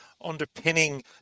underpinning